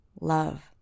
love